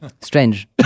Strange